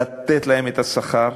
לתת להם את השכר,